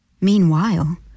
Meanwhile